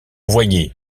voyait